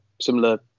similar